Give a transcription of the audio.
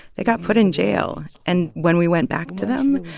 they got put in jail. and when we went back to them,